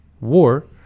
war